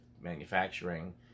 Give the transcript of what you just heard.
manufacturing